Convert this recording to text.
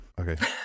Okay